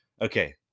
Okay